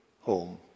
home